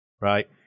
Right